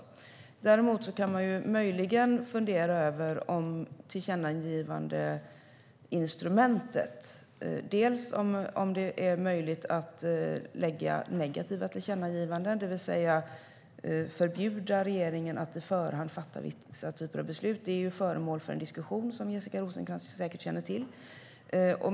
Däremot kan man möjligen fundera över tillkännagivandeinstrumentet och om det är möjligt att göra negativa tillkännagivanden, det vill säga förbjuda regeringen att på förhand fatta vissa typer av beslut. Detta är föremål för en diskussion som Jessica Rosencrantz säkert känner till.